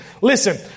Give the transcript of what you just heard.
Listen